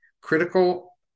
critical